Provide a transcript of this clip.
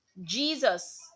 Jesus